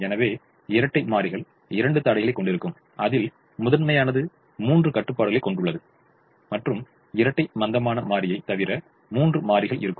எனவே இரட்டை மாறிகள் இரண்டு தடைகளைக் கொண்டிருக்கும் அதில் முதன்மையானது மூன்று கட்டுப்பாடுகளைக் கொண்டுள்ளது மற்றும் இரட்டை மந்தமான மாறியைத் தவிர மூன்று மாறிகள் இருக்கும்